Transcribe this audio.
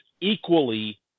equally